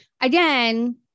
again